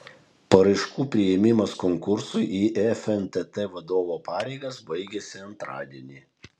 paraiškų priėmimas konkursui į fntt vadovo pareigas baigiasi antradienį